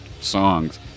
songs